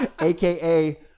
aka